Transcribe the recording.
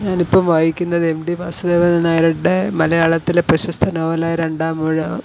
ഞാൻ ഇപ്പോൾ വായിക്കുന്നത് എം ടി വാസുദേവൻ നായരുടെ മലയാളത്തിലെ പ്രശസ്ത നോവലായ രണ്ടാമൂഴം